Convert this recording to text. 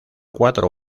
cuatro